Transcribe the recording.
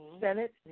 Senate